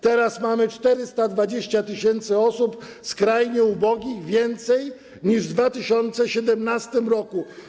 Teraz mamy o 420 tys. osób skrajnie ubogich więcej niż w 2017 r.